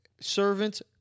Servants